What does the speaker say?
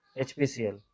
HPCL